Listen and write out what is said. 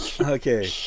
Okay